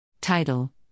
Title